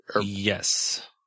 Yes